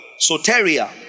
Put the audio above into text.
soteria